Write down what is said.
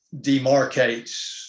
demarcates